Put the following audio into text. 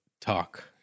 talk